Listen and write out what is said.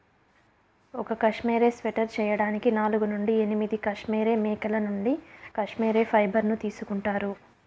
ఒక cashmere sweater చేయడానికి నాలుగు నుండి ఎనిమిది కష్మెరె మేకల నుండి కష్మెరె ఫైబర్ ను తీసుకుంటారు